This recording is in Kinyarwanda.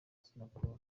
assinapol